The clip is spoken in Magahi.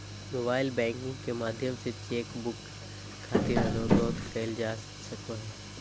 मोबाइल बैंकिंग के माध्यम से चेक बुक खातिर अनुरोध करल जा सको हय